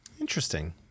Interesting